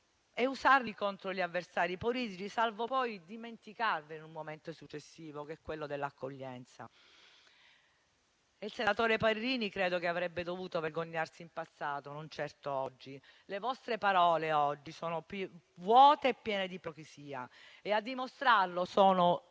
usarli contro gli avversari politici, salvo poi dimenticarvene in un momento successivo, quello dell'accoglienza. Il senatore Parrini avrebbe dovuto vergognarsi in passato, non certo oggi. Le vostre parole oggi sono più vuote e piene di ipocrisia e a dimostrarlo sono